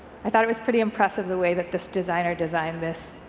i thought it was pretty impressive the way that this designer designed this